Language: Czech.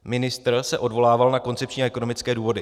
Ministr se odvolával na koncepční a ekonomické důvody.